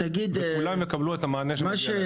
וכולם יקבלו את המענה שמגיע להם.